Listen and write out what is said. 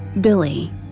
Billy